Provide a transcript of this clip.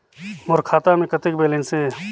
मोर खाता मे कतेक बैलेंस हे?